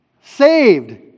Saved